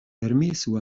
permesu